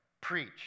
Preach